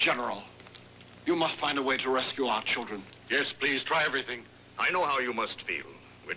general you must find a way to rescue our children yes please try everything i know how you must be